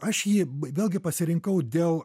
aš jį vėlgi pasirinkau dėl